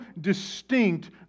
distinct